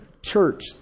Church